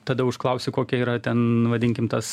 tada užklausi kokia yra ten vadinkim tas